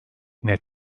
net